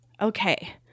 Okay